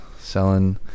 selling